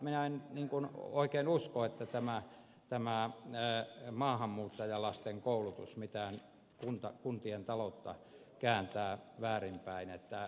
minä en oikein usko että tämä maahanmuuttajalasten koulutus mitään kuntien taloutta kääntää väärinpäin